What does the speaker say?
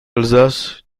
alsace